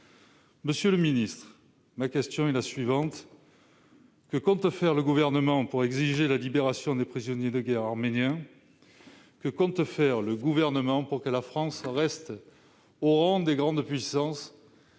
Monsieur le ministre, ma question est la suivante : que compte faire le Gouvernement pour exiger la libération des prisonniers de guerre arméniens ? Que compte-t-il faire pour que la France reste au rang des grandes puissances